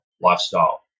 lifestyle